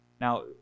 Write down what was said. Now